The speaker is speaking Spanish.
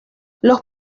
los